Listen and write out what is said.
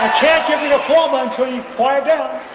diploma until you quiet down.